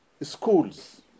schools